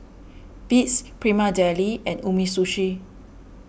Beats Prima Deli and Umisushi